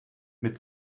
mit